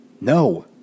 no